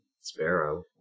Sparrow